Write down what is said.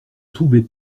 trouvaient